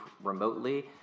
remotely